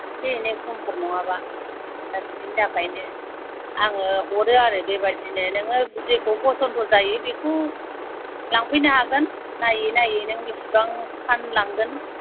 एसे एनै खम हर नाङाबा दा बिदिनो थाखायनो आङो हरो आरो बेबायदिनो नोङो जेखौ पसन्द जायो बेखौ लांफैनो हागोन नायै नायै नों बेसेबां खान लांगोन